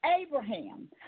Abraham